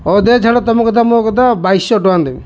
ହଉ ଦେ ଛାଡ଼ ତମ କଥା ମୋ କଥା ବାଇଶିଶହ ଟଙ୍କା ଦେବି